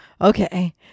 okay